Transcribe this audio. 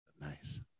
Nice